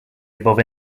above